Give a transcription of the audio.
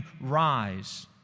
rise